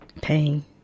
pain